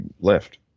left